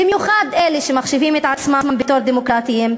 במיוחד לאלה שמחשיבים את עצמם דמוקרטים,